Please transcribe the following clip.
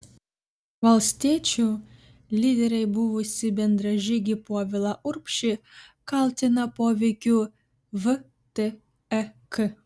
valstiečių lyderiai buvusį bendražygį povilą urbšį kaltina poveikiu vtek